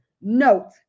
Note